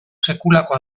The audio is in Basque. sekulako